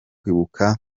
kwibuka